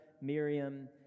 Miriam